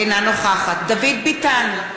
אינה נוכחת דוד ביטן,